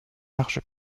large